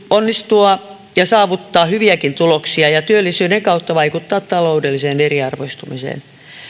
onnistua ja saavuttaa hyviäkin tuloksia ja työllisyyden kautta vaikuttaa taloudelliseen eriarvoistumiseen